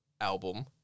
album